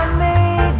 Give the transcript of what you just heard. may